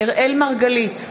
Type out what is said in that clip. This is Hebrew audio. אראל מרגלית,